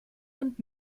und